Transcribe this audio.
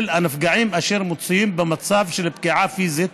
הנפגעים אשר מצויים במצב של פגיעה פיזית